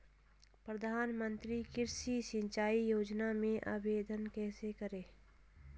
प्रधानमंत्री कृषि सिंचाई योजना में आवेदन कैसे करें?